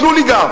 תנו לי גב.